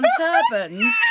turbans